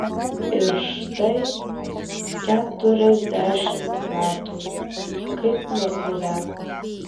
ir štai keturiasdešimt metų kaip nebuvę